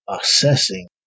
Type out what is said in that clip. assessing